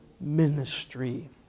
ministry